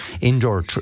indoor